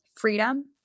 freedom